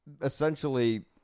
Essentially